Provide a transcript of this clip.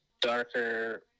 darker